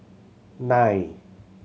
nine